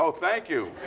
so thank you.